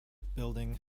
building